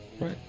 right